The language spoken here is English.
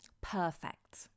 perfect